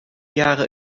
jaren